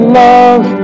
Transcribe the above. love